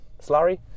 slurry